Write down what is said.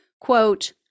Quote